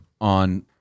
on